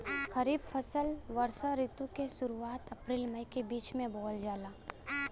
खरीफ फसल वषोॅ ऋतु के शुरुआत, अपृल मई के बीच में बोवल जाला